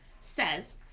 says